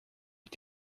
ist